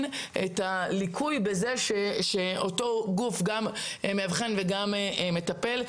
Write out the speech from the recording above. את הליקוי בזה שאותו גוף גם מאבחן וגם מטפל.